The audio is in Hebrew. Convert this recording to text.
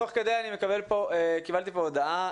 תוך כדי קיבלתי פה הודעה,